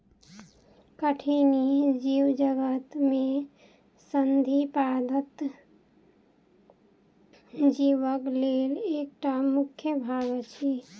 कठिनी जीवजगत में संधिपाद जीवक लेल एकटा मुख्य भाग अछि